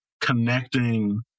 connecting